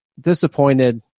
disappointed